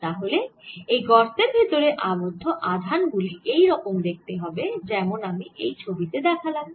তাহলে এই গর্তের ভেতরে আবদ্ধ আধান গুলি এই রকম দেখতে হবে যেমন আমি এই ছবি তে দেখালাম